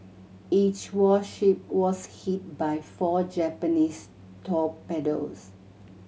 each warship was hit by four Japanese torpedoes